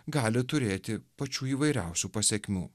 gali turėti pačių įvairiausių pasekmių